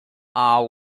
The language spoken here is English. are